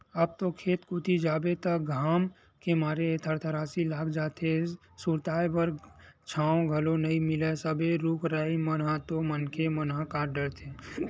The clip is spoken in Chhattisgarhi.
अब तो खेत कोती जाबे त घाम के मारे थरथरासी लाग जाथे, सुरताय बर छांव घलो नइ मिलय सबे रुख राई मन ल तो मनखे मन ह काट डरथे